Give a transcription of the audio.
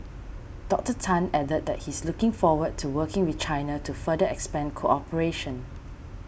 Doctor Tan added that he is looking forward to working with China to further expand cooperation